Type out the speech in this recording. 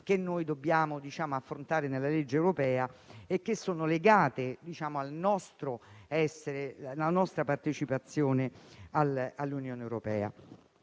che dobbiamo affrontare nella legge europea e legate alla nostra partecipazione all'Unione europea.